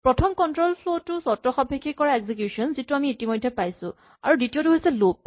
প্ৰথম control flow টো চৰ্তসাপেক্ষে কৰা এক্সিকিউচন যিটো আমি ইতিমধ্যে পাইছো আৰু দ্বিতীয়টো হৈছে লুপ